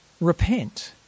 repent